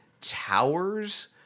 towers